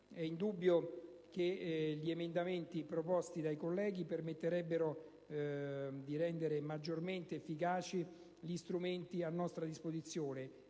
È indubbio che gli emendamenti proposti dai colleghi permetterebbero di rendere maggiormente efficaci gli strumenti a nostra disposizione.